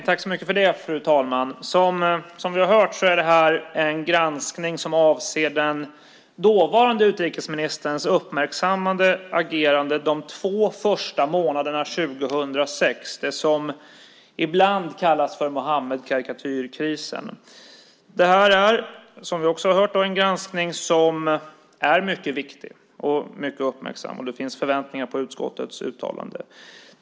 Fru talman! Som vi har hört är detta en granskning som avser den dåvarande utrikesministerns uppmärksammade agerande under de två första månaderna 2006, det som ibland kallas för Muhammedkarikatyrkrisen. Detta är, som vi också har hört, en granskning som är mycket viktig och mycket uppmärksammad, och det finns förväntningar på utskottets uttalande.